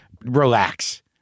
Relax